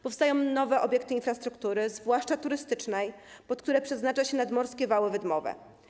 Powstają nowe obiekty infrastruktury, zwłaszcza turystycznej, pod które przeznacza się nadmorskie wały wydmowe.